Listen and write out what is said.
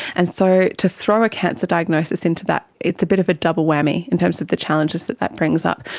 and so to throw a cancer diagnosis into that, it's a bit of a double whammy in terms of the challenges that that brings up.